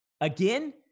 Again